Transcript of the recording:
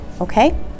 okay